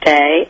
Day